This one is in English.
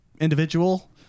individual